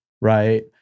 Right